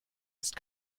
ist